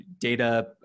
data